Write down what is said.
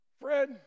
Fred